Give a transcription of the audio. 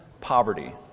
poverty